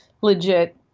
legit